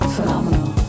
Phenomenal